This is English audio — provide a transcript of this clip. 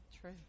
True